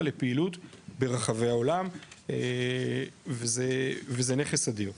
לפעילות ברחבי העולם וזה נכס אדיר.